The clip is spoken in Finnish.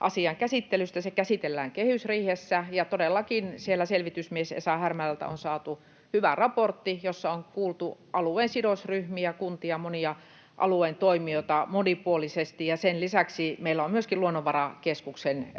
asian käsittelystä. Se käsitellään kehysriihessä, ja todellakin siellä selvitysmies Esa Härmälältä on saatu hyvä raportti, jossa on kuultu alueen sidosryhmiä — kuntia, monia alueen toimijoita — monipuolisesti, ja sen lisäksi meillä on Luonnonvarakeskuksen